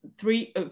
three